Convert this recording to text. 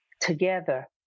together